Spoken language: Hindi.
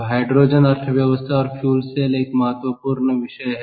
तो हाइड्रोजन अर्थव्यवस्था और फ्यूल सेल एक महत्वपूर्ण विषय हैं